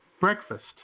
breakfast